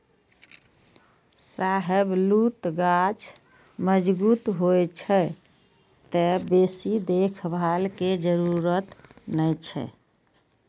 शाहबलूत गाछ मजगूत होइ छै, तें बेसी देखभाल के जरूरत नै छै